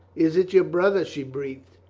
is it your brother? she breathed.